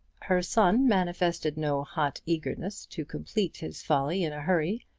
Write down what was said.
her son manifested no hot eagerness to complete his folly in a hurry,